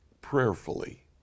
prayerfully